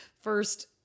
First